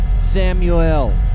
Samuel